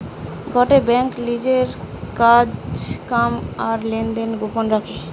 গটে বেঙ্ক লিজের কাজ কাম আর লেনদেন গোপন রাখে